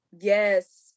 yes